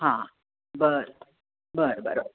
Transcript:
हां बरं बरं बरं